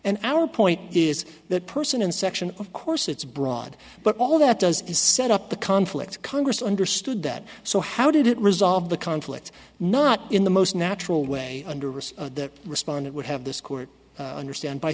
and our point is that person and section of course it's broad but all that does is set up the conflict congress understood that so how did it resolve the conflict not in the most natural way under risk that respondent would have this court understand by